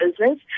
business